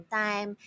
time